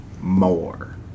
more